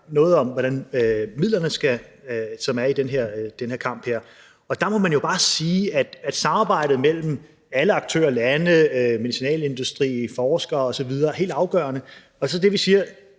Det handler om midlerne, som er til den her kamp, og der må man jo bare sige, at samarbejdet mellem alle aktører – landene, medicinalindustrien, forskere osv. – er helt afgørende. Det, vi siger,